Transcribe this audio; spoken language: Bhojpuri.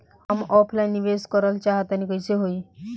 हम ऑफलाइन निवेस करलऽ चाह तनि कइसे होई?